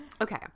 Okay